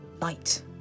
light